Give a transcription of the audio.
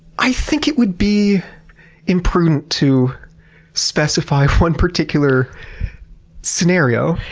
i think it would be imprudent to specify one particular scenario.